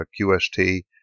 QST